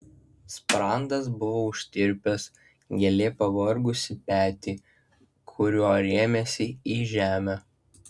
sprandas buvo užtirpęs gėlė pavargusį petį kuriuo rėmėsi į žemę